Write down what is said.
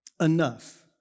enough